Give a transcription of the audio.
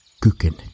cooking